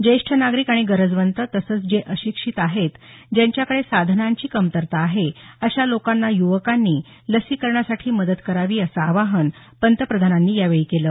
ज्येष्ठ नागरीक आणि गरजवंत तसंच जे अशिक्षित आहेत ज्यांच्याकडे साधनांची कमतरता आहे अशा लोकांना युवकांनी लसीकरणासाठी मदत करावी असं आवाहन पंतप्रधानांनी यावेळी केलं